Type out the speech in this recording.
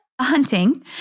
hunting